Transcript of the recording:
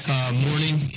Morning